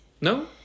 No